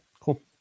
Cool